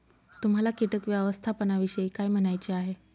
तुम्हाला किटक व्यवस्थापनाविषयी काय म्हणायचे आहे?